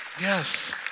Yes